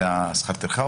זה שכר הטרחה?